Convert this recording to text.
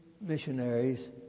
missionaries